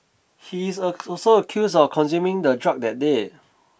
he is also accused of consuming the drug that day